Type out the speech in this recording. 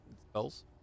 spells